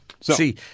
See